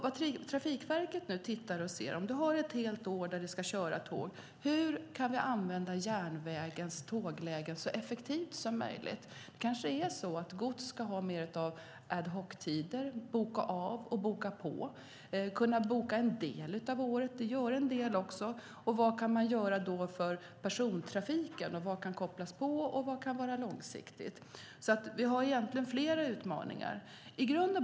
Vad Trafikverket nu ser över är hur man kan använda järnvägens tåglägen så effektivt som möjligt under året. Det kanske är så att gods ska ha mer av ad hoc-tider, som kan bokas och bokas av, eller kunna boka en del av året. Det är en del som gör det. Sedan är frågan vad man kan göra för persontrafiken. Vad kan kopplas på, och vad kan vara långsiktigt? Det finns alltså flera utmaningar.